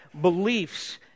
beliefs